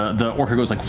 the orca goes like